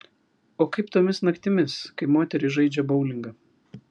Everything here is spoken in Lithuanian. o kaip tomis naktimis kai moterys žaidžia boulingą